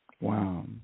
Wow